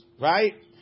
right